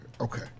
Okay